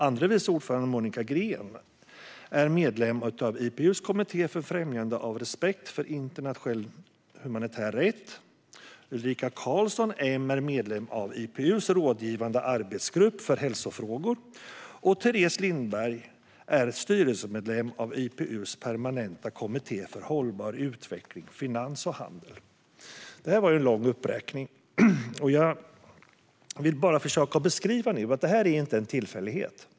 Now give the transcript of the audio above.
Andre vice ordförande Monica Green är medlem av IPU:s kommitté för främjande av respekt för internationell humanitär rätt. Ulrika Karlsson är medlem av IPU:s rådgivande arbetsgrupp för hälsofrågor. Teres Lindberg är styrelsemedlem i IPU:s permanenta kommitté för hållbar utveckling, finans och handel. Det var en lång uppräkning, och jag vill nu bara försöka förklara att detta inte är en tillfällighet.